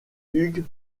hugues